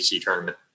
tournament